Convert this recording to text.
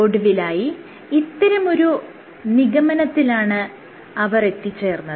ഒടുവിലായി അവർ ഇത്തരമൊരു നിഗമനത്തിലാണ് എത്തിച്ചേർന്നത്